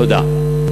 תודה.